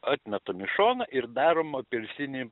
atmetam į šoną ir daroma apelsinį